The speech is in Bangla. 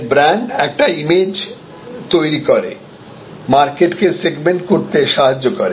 তাই ব্র্যান্ড একটি ইমেজ তৈরি করে মার্কেটকে সেগমেন্ট করতে সাহায্য করে